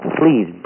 please